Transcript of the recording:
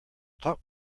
talk